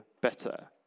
better